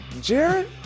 Jared